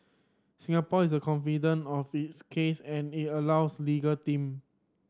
Singapore is confident of its case and it allows legal team